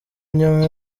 nyuma